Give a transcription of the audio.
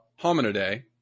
hominidae